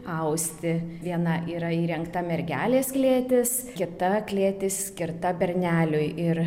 austi viena yra įrengta mergelės klėtis kita klėtis skirta berneliui ir